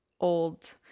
old